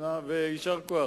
ויישר כוח.